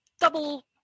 double